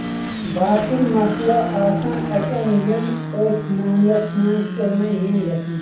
باقے مسلہٕ آسن اتین یِم أتھۍ معاملَس منٛز تٗلنہٕ یِن گژھن